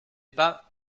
pas